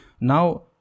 now